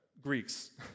Greeks